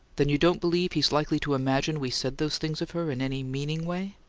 then you don't believe he's likely to imagine we said those things of her in any meaning way?